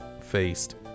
faced